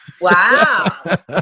Wow